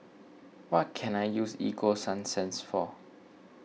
what can I use Ego Sunsense for